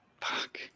Fuck